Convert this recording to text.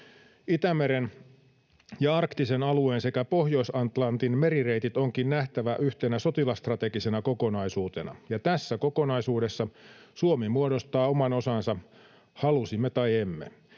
Itämeren ja arktisen alueen sekä Pohjois-Atlantin merireitit onkin nähtävä yhtenä sotilasstrategisena kokonaisuutena — ja tässä kokonaisuudessa Suomi muodostaa osansa, halusimme tai emme.